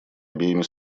обеими